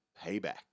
Payback